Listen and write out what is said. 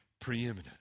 preeminent